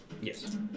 Yes